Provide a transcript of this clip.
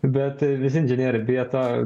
bet visi inžinieriai bijo to